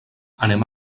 anem